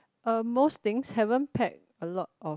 um most things haven't packed a lot of